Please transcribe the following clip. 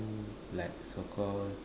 like so called